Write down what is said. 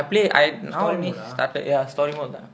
story mode ah